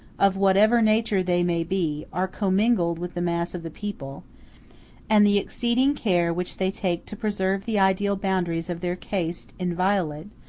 of whatever nature they may be, are commingled with the mass of the people and the exceeding care which they take to preserve the ideal boundaries of their caste inviolate,